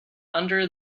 under